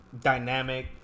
dynamic